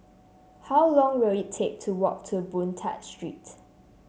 how long will it take to walk to Boon Tat Street